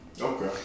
Okay